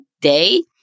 day